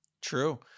True